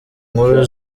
nkuru